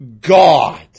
God